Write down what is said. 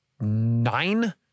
nine